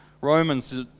romans